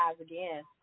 again